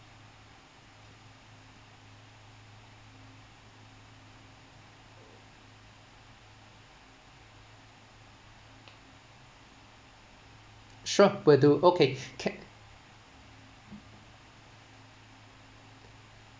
sure will do okay can